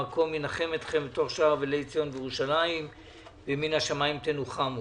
המקום ינחם אתכם בתוך שאר אבלי ציון וירושלים ומן השמיים תנוחמו.